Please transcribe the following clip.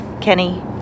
Kenny